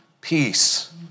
peace